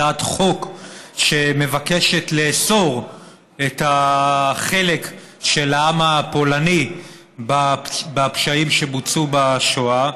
הצעת חוק שמבקשת לאסור את החלק של העם הפולני בפשעים שבוצעו בשואה.